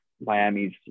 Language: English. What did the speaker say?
Miami's